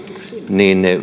niin